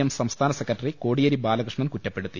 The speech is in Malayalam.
എം സംസ്ഥാന സെക്രട്ടറി കോടിയേരി ബാലകൃഷ്ണൻ കുറ്റപ്പെടുത്തി